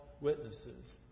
witnesses